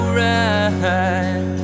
right